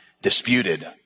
disputed